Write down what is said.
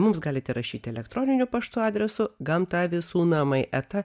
mums galite rašyti elektroniniu paštu adresu gamta visų namai eta